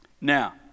now